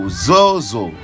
zozo